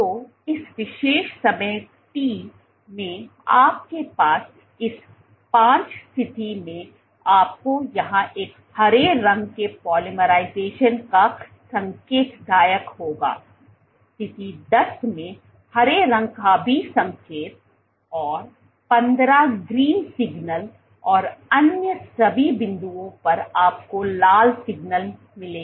तो इस विशेष समय t में आपके पास इस 5 स्थिति में आपको यहां एक हरे रंग के पोलीमराइजेशन का संकेतदायक होगा स्थिति 10 में हरे रंग का भी संकेत और 15 ग्रीन सिग्नल और अन्य सभी बिंदुओं पर आपको लाल सिग्नल होगा